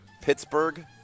Pittsburgh